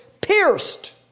pierced